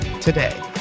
today